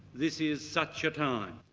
this is such a time.